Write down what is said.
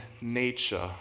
nature